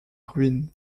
ruine